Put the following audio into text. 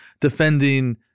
defending